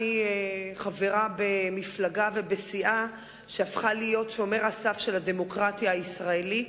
אני חברה במפלגה ובסיעה שהפכה להיות שומר הסף של הדמוקרטיה הישראלית,